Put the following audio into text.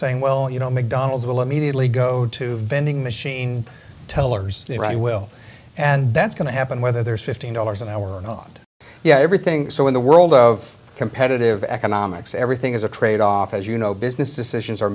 saying well you know mcdonald's will immediately go to vending machine tellers they will and that's going to happen whether there's fifteen dollars an hour or not you know everything so in the world of competitive economics everything is a trade off as you know business decisions are